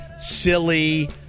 silly